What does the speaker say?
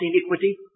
iniquity